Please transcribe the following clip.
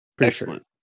Excellent